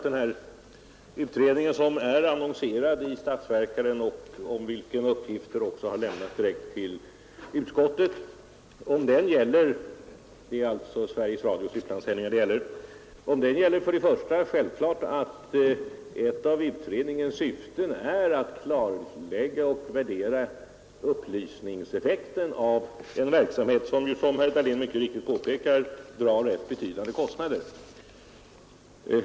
Om utredningen som är annonserad i statsverkspropositionen och om vilken uppgifter också lämnats direkt till utskottet gäller självklart att ett av dess syften är att klarlägga och värdera effekten av den upplysningsverksamhet vilken — som herr Dahlén mycket riktigt påpekar — drar rätt betydande kostnader.